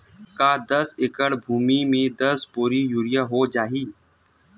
का दस एकड़ भुमि में दस बोरी यूरिया हो जाही?